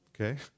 okay